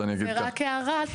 זו רק הערה.